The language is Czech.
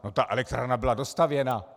No, ta elektrárna byla dostavěna.